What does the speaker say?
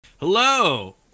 Hello